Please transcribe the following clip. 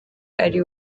ari